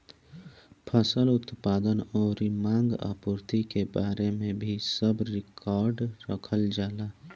फसल उत्पादन अउरी मांग आपूर्ति के बारे में भी सब रिकार्ड रखल जाला